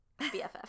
BFF